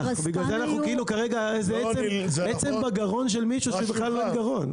בגלל זה אנחנו כאילו כרגע איזה עצם בגרון של מישהו כשבכלל אין גרון.